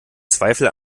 zweifel